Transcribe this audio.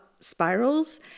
spirals